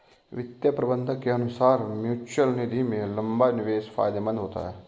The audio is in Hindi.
वित्तीय प्रबंधक के अनुसार म्यूचअल निधि में लंबा निवेश फायदेमंद होता है